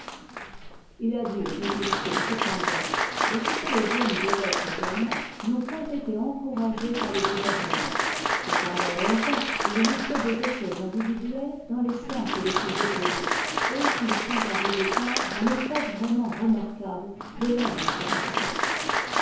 i a dû résulter cependant de ce que les hommes de lettres allemands n'ont point été encouragés par le gouvernement que pendant ongtemps ils ont fait des essais individuels dans les sens les plus opposés et qu'ils sont arrivés tard à l'époque vraiment remarquable de leur littérature